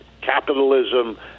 capitalism